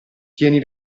tieni